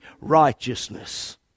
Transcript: righteousness